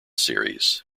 series